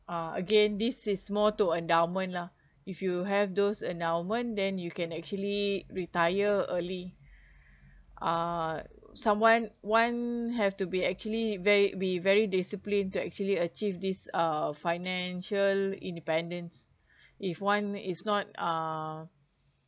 uh again this is more to endowment lah if you have those endowment then you can actually retire early uh someone one have to be actually very be very discipline to actually achieve this uh financial independence if one is not uh